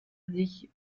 sich